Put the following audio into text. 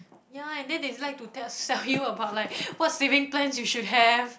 ya and then they like to tell sell you about like what saving plans you should have